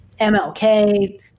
MLK